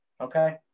Okay